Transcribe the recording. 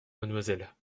mademoiselle